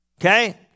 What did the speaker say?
Okay